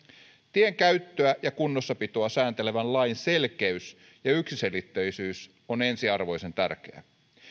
tien käyttöä ja kunnossapitoa sääntelevän lain selkeys ja yksiselitteisyys on ensiarvoisen tärkeää